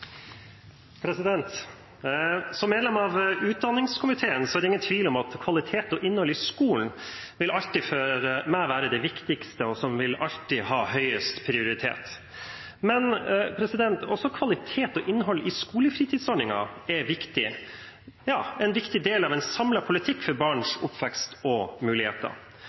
det ingen tvil om at kvalitet og innhold i skolen for meg alltid vil være det viktigste, det som alltid vil ha høyest prioritet, men også kvalitet og innhold i skolefritidsordningen er en viktig del av en samlet politikk for barns oppvekst og muligheter.